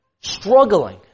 struggling